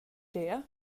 det